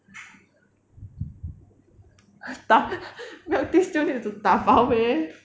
da~ milk tea still need to dabao meh